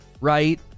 Right